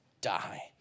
die